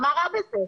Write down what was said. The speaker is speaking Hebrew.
מה רע בזה?